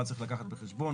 מה צריך לקחת בחשבון.